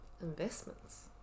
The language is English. Investments